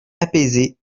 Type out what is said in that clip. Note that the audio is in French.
apaisé